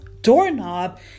doorknob